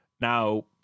now